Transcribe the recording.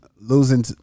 losing